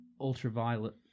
ultraviolet